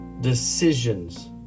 decisions